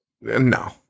no